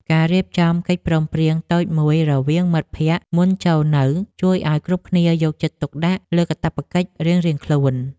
ការរៀបចំកិច្ចព្រមព្រៀងតូចមួយរវាងមិត្តភក្តិមុនចូលនៅជួយឱ្យគ្រប់គ្នាយកចិត្តទុកដាក់លើកាតព្វកិច្ចរៀងៗខ្លួន។